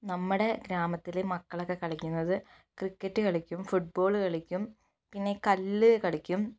നമ്മുടെ ഗ്രാമത്തിലെ മക്കളൊക്കെ കളിക്കുന്നത് ക്രിക്കറ്റ് കളിക്കും ഫുട്ബോൾ കളിക്കും പിന്നെ കല്ല് കളിക്കും